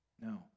No